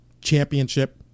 Championship